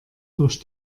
durch